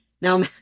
Now